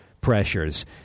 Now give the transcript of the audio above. pressures